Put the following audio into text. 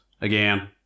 again